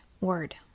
word